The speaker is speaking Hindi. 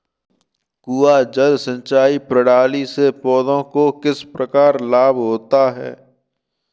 कुआँ जल सिंचाई प्रणाली से पौधों को किस प्रकार लाभ होता है?